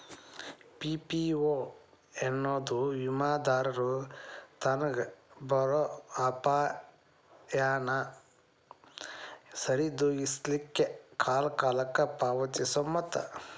PPO ಎನ್ನೊದು ವಿಮಾದಾರರು ತನಗ್ ಬರೊ ಅಪಾಯಾನ ಸರಿದೋಗಿಸ್ಲಿಕ್ಕೆ ಕಾಲಕಾಲಕ್ಕ ಪಾವತಿಸೊ ಮೊತ್ತ